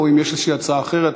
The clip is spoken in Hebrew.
או אם יש איזו הצעה אחרת.